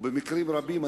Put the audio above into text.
במקרים רבים,